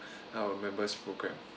our members program